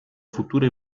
futuro